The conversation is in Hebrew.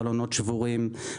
חלונות שבורים,